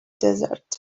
desert